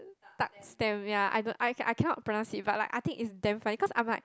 tak stamp ya I don't I I cannot pronounce it but like I think it's damn funny cause I'm like